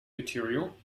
material